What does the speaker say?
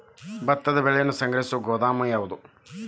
ಭತ್ತದ ಬೆಳೆಯನ್ನು ಸಂಗ್ರಹಿಸುವ ಗೋದಾಮು ಯಾವದು?